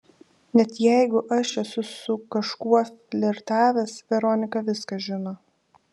net jeigu aš esu su kažkuo flirtavęs veronika viską žino